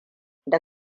da